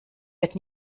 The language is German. wird